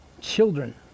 children